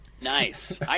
Nice